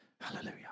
Hallelujah